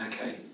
okay